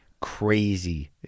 Crazy